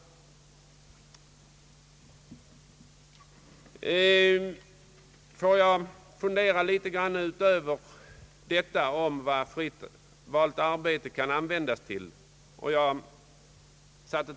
Får jag så säga några ord utöver detta vad fritt valt arbete kan användas till.